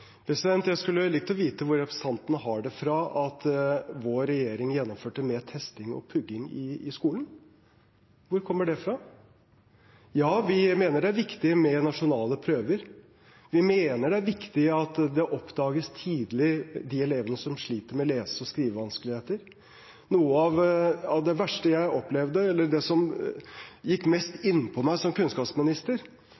Jeg skulle likt å vite hvor representanten har det fra at vår regjering gjennomførte mer testing og pugging i skolen. Hvor kommer det fra? Ja, vi mener det er viktig med nasjonale prøver. Vi mener at det er viktig at de elevene som sliter med lese- og skrivevansker, oppdages tidlig. Noe av det som gikk mest inn på meg som